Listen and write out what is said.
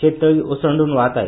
शेततळी ओसंड्रन वाहत आहेत